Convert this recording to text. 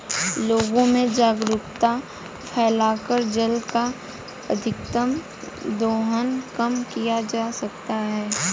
लोगों में जागरूकता फैलाकर जल का अत्यधिक दोहन कम किया जा सकता है